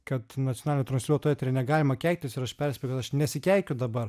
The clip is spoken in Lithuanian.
kad nacionalinio transliuotojo etery negalima keiktis ir aš perspėju kad aš nesikeikiu dabar